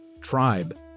tribe